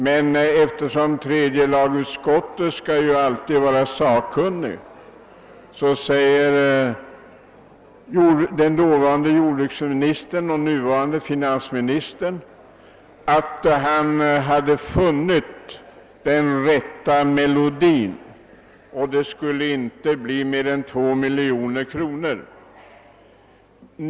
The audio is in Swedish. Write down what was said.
Men eftersom tredje lagutskottet alltid skall vara så sakkunnigt trodde sig den dåvarande jordbruksministern — den nuvarande finansministern — att han hade funnit den rätta melodin och att den föreslagna lagändringen således inte skulle komma att kosta mer än 2 miljoner kronor.